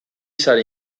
sari